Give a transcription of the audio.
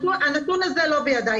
הנתון הזה לא בידיי.